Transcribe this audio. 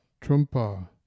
Trumpa